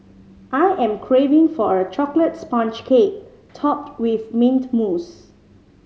I am craving for a chocolate sponge cake topped with mint mousse